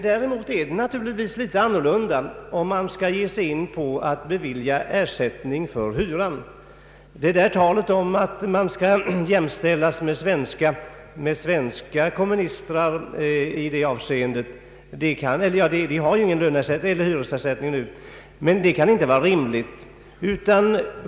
Däremot är det naturligtvis något an norlunda, om man skall ge sig in på att bevilja ersättning för hyran.